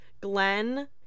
Glenn